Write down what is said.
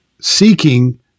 seeking